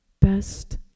Best